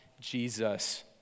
Jesus